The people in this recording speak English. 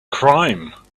crime